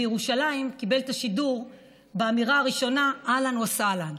בירושלים קיבלו את השידור באמירה הראשונה: אהלן וסהלן.